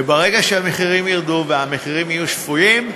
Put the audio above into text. וברגע שהמחירים ירדו, והמחירים יהיו שפויים,